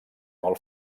molt